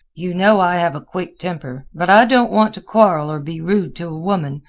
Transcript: you know i have a quick temper, but i don't want to quarrel or be rude to a woman,